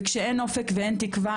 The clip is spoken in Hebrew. וכשאין אופק ואין תקווה,